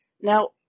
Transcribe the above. Now